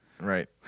Right